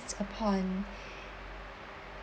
upon